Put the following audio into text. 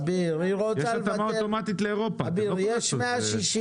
היום תקן